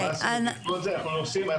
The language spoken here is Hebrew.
מה הסנקציות?